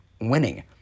winning